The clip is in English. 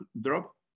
drop